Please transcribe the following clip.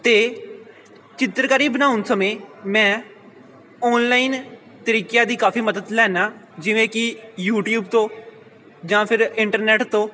ਅਤੇ ਚਿੱਤਰਕਾਰੀ ਬਣਾਉਣ ਸਮੇਂ ਮੈਂ ਔਨਲਾਈਨ ਤਰੀਕਿਆਂ ਦੀ ਕਾਫੀ ਮਦਦ ਲੈਂਦਾ ਜਿਵੇਂ ਕਿ ਯੂਟੀਊਬ ਤੋਂ ਜਾਂ ਫਿਰ ਇੰਟਰਨੈਟ ਤੋਂ